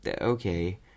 okay